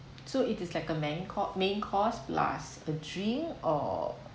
so it is like a main cour~ main course plus a drink or